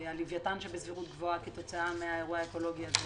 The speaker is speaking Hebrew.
הלווייתן שבסבירות גבוהה מת כתוצאה מהאירוע האקולוגי הזה,